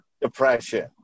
Depression